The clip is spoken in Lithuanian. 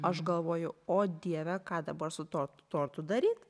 aš galvoju o dieve ką dabar su tuo tortu daryt